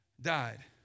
died